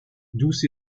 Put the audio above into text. douce